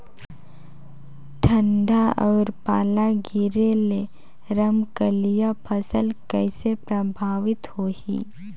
ठंडा अउ पाला गिरे ले रमकलिया फसल कइसे प्रभावित होही?